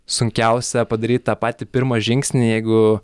sunkiausia padaryt tą patį pirmą žingsnį jeigu